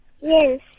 Yes